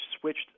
switched